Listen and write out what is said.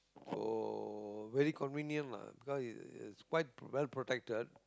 so very convenient lah because it is quite well protected